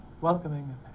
welcoming